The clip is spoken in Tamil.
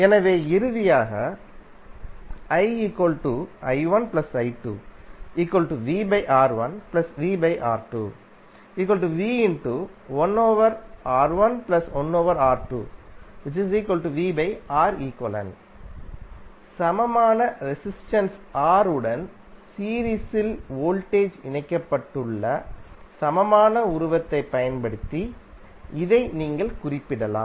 எனவே இறுதியாக சமமான ரெசிஸ்டென்ஸ் R உடன் சீரீஸில் வோல்டேஜ் இணைக்கப்பட்டுள்ள சமமான உருவத்தைப் பயன்படுத்தி இதை நீங்கள் குறிப்பிடலாம்